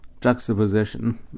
juxtaposition